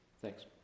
Thanks